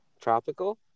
Tropical